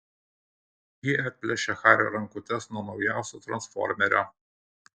ji atplėšia hario rankutes nuo naujausio transformerio